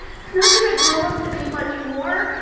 it's not gonna grow up to be much more.